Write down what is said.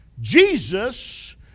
Jesus